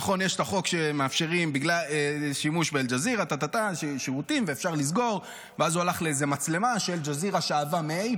נכון יש את החוק שמאפשר לסגור שירותים בגלל שימוש כמו אל-ג'זירה,